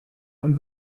und